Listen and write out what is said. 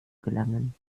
gelangen